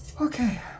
Okay